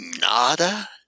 nada